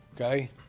Okay